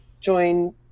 join